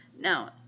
Now